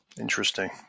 Interesting